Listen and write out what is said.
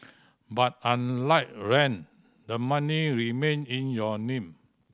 but unlike rent the money remain in your name